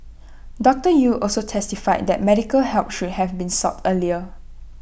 doctor Yew also testified that medical help should have been sought earlier